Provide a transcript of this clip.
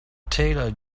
taylor